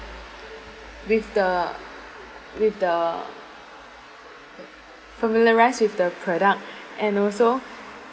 with the with the familiarise with the product and also